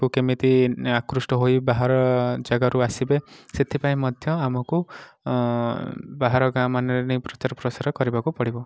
କୁ କେମିତି ଆକୃଷ୍ଟ ହୋଇ ବାହାର ଜାଗାରୁ ଆସିବେ ସେଥିପାଇଁ ମଧ୍ୟ ଆମକୁ ବାହାର ଗାଁମାନରେ ନେଇ ପ୍ରଚାର ପ୍ରସାର କରିବାକୁ ପଡ଼ିବ